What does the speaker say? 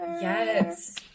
yes